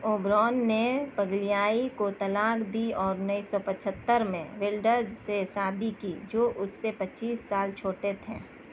اوبرون نے کو طلاق دی اور انیس سو پچھتر میں ولڈرز سے شادی کی جو اس سے پچیس سال چھوٹے تھے